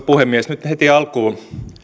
puhemies nyt heti alkuun